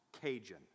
Cajun